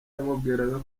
yamubwiraga